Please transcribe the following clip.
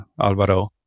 Alvaro